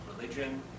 religion